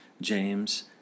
James